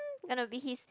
gonna be his